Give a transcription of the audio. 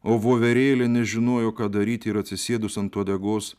o voverėlė nežinojo ką daryti ir atsisėdus ant uodegos